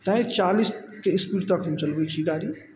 तैँ चालीसके स्पीड तक हम चलबय छी गाड़ी